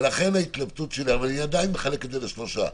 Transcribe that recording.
אבל אני עדיין מחלק את זה לשלושה,